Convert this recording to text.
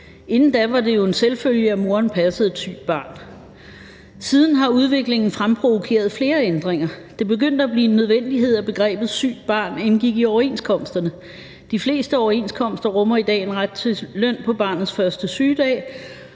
Inden da var det jo en selvfølge, at moderen passede et sygt barn. Siden har udviklingen fremprovokeret flere ændringer. Det begyndte at blive en nødvendighed, at begrebet sygt barn indgik i overenskomsterne. De fleste overenskomster rummer i dag en ret til løn på barnets første sygedag,